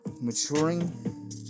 maturing